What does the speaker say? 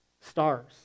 stars